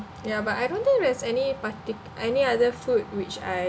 ya but I don't think there is any parti~ any other food which I